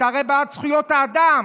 הרי אתה בעד זכויות האדם.